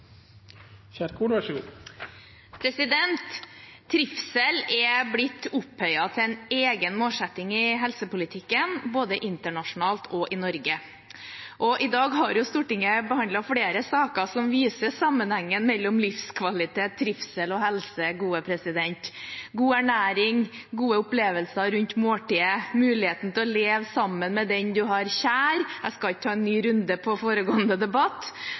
ligger der. Så er det noen forslag som har kommet opp gjennom komiteens behandling, og som da er en del av innstillingen. Jeg regner med at de andre partiene kommer til å redegjøre for sitt syn. Trivsel er blitt opphøyd til en egen målsetting i helsepolitikken både internasjonalt og i Norge. I dag har Stortinget behandlet flere saker som viser sammenhengen mellom livskvalitet, trivsel og helse. God ernæring, gode opplevelser rundt måltidet, mulighet til å